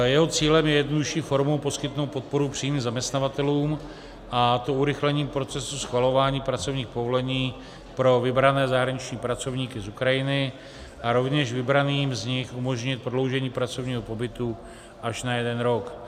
Jeho cílem je jednodušší formou poskytnout podporu přímým zaměstnavatelům, a to urychlením procesu schvalování pracovních povolení pro vybrané zahraniční pracovníky z Ukrajiny a rovněž vybraným z nich umožnit prodloužení pracovního pobytu až na jeden rok.